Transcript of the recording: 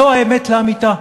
זו האמת לאמיתה.